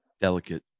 Delicate